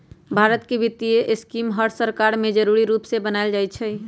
भारत के वित्तीय स्कीम हर सरकार में जरूरी रूप से बनाएल जाई छई